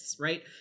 right